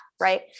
right